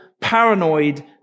paranoid